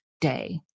day